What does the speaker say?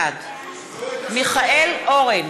בעד מיכאל אורן,